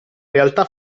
realtà